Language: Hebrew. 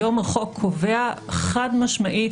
היום החוק קובע חד משמעית,